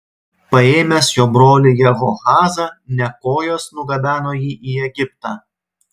paėmęs jo brolį jehoahazą nekojas nugabeno jį į egiptą